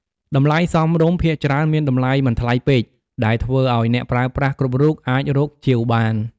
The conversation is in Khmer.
តម្លៃសមរម្យ ភាគច្រើនមានតម្លៃមិនថ្លៃពេក ដែលធ្វើឱ្យអ្នកប្រើប្រាស់គ្រប់រូបអាចរកជាវបាន។